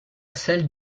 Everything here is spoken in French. celle